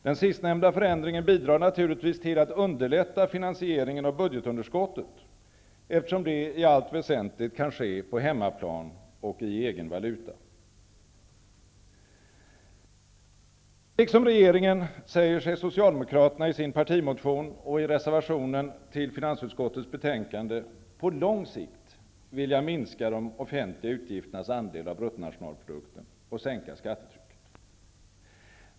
Den sistnämnda förändringen bidrar naturligtvis till att underlätta finansieringen av budgetunderskottet, eftersom det i allt väsentligt kan ske på hemmaplan och i egen valuta. Liksom regeringen säger sig Socialdemokraterna i sin partimotion och i reservationen till finansutskottets betänkande på lång sikt vilja minska de offentliga utgifternas andel av bruttonationalprodukten och sänka skattetrycket.